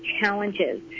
challenges